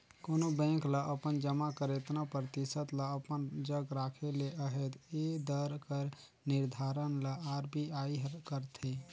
कोनो बेंक ल अपन जमा कर एतना परतिसत ल अपन जग राखे ले अहे ए दर कर निरधारन ल आर.बी.आई हर करथे